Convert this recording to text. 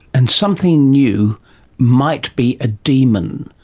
and something new might be a demon.